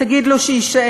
תגיד לו שיישאר,